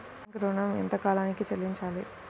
Bank ఋణం ఎంత కాలానికి చెల్లింపాలి?